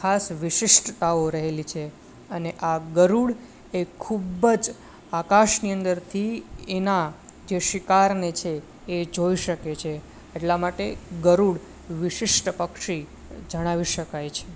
ખાસ વિશિષ્ટતાઓ રહેલી છે અને આ ગરુડ એ ખૂબ જ આકાશની અંદરથી એના જે શિકારને છે એ જોઈ શકે છે એટલા માટે ગરુડ વિશિષ્ટ પક્ષી જણાવી શકાય છે